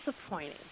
disappointing